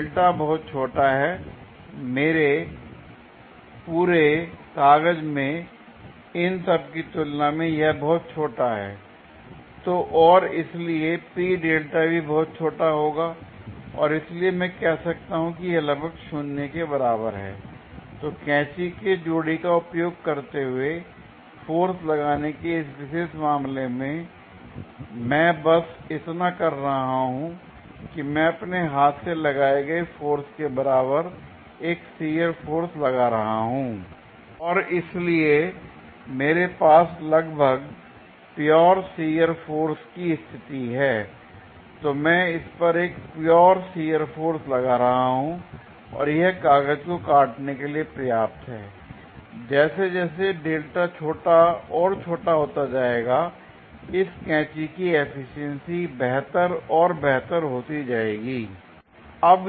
δ बहुत छोटा है पूरे कागज में और इन सब की तुलना में यह बहुत छोटा है l तो और इसलिए P δ भी बहुत छोटा होगा और इसलिए मैं कह सकता हूं कि यह लगभग शून्य के बराबर है l तो कैची के जोड़ी का उपयोग करते हुए फोर्स लगाने के इस विशेष मामले में मैं बस इतना कर रहा हूं कि मैं अपने हाथ से लगाए गए फोर्स के बराबर एक शियर फोर्स लगा रहा हूं l और इसलिए मेरे पास लगभग प्योर शियर फोर्स की स्थिति है l तो मैं इस पर एक प्योर शियर फोर्स लगा रहा हूं और यह कागज को काटने के लिए पर्याप्त है l जैसे जैसे δ छोटा और छोटा होता जाएगा इस कैची की एफिशिएंसी बेहतर और बेहतर होती जाएगी l अब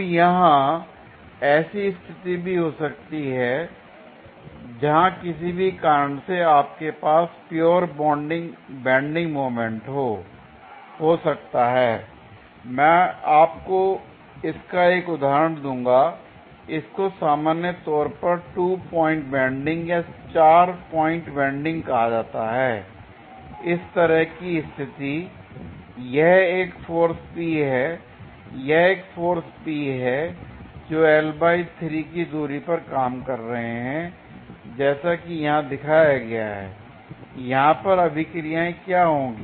यहां ऐसी स्थिति भी हो सकती है जहां किसी भी कारण से आपके पास प्योर बेंडिंग मोमेंट हो सकता है l मैं आपको इसका एक उदाहरण दूंगा इसको सामान्य तौर पर 2 पॉइंट बेंडिंग या 4 पॉइंट बेंडिंग कहां जाता है l इस तरह की स्थिति l यह एक फोर्स P है यह एक फोर्स P है जो की दूरी पर काम कर रहे हैं जैसा कि यहां दिखाया गया है l यहां पर अभीक्रियाएं क्या होंगी